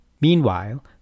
Meanwhile